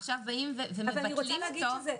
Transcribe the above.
עכשיו מבטלים אותו.